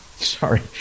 Sorry